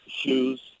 shoes